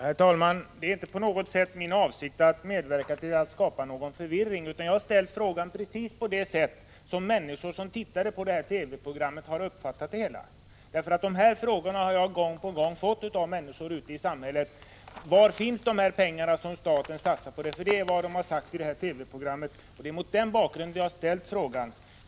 Herr talman! Det är inte på något sätt min avsikt att medverka till att skapa förvirring. Jag har ställt frågan precis på det sätt som människor som tittade på det här TV-programmet har uppfattat saken. Gång på gång har jag fått frågan av människor ute i samhället: Var finns de pengar som staten satsar, som man har sagt i TV-programmet? Det var mot denna bakgrund jag ställde frågan.